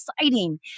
exciting